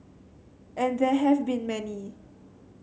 and there have been many